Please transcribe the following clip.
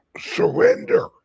surrender